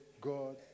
God